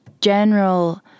general